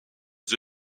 the